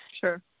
Sure